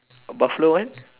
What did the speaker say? a Buffalo eh